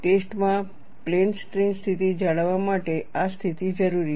ટેસ્ટમાં plane strain સ્થિતિ જાળવવા માટે આ સ્થિતિ જરૂરી છે